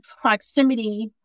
proximity